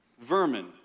vermin